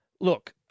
Look